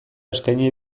eskaini